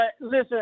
listen